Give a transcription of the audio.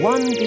One